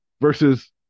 versus